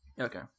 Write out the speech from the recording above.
Okay